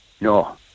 No